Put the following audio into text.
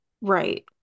Right